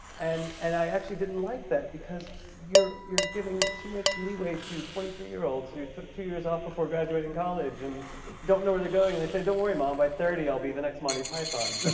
and and i actually didn't like that. because you're you're giving too much leeway to twenty three year olds who took two years ah before graduating college and don't know where they're going and say, don't worry, mom, by thirty, i'll be the next monty python.